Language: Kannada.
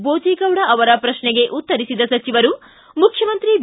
ಬೋಜಿಗೌಡ ಅವರ ಪ್ರಕ್ಷೆಗೆ ಉತ್ತರಿಸಿದ ಸಚಿವರು ಮುಖ್ಯಮಂತ್ರಿ ಬಿ